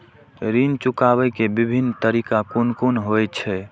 ऋण चुकाबे के विभिन्न तरीका कुन कुन होय छे?